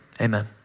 Amen